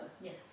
Yes